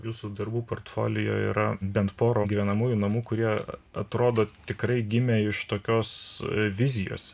jūsų darbų port folio yra bent porą gyvenamųjų namų kurie atrodo tikrai gimė iš tokios vizijos